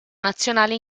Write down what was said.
nazionale